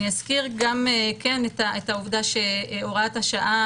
אני אזכיר גם כן את העובדה שהוראת השעה